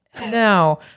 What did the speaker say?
no